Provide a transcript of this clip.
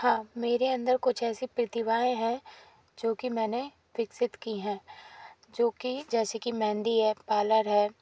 हाँ मेरे अंदर कुछ ऐसी प्रतिभाएँ हैं जो कि मैंने विकसित की है जो कि जैसे कि मेहंदी है पाल्लर है